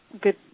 good